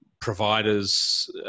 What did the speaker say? providers